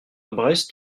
brest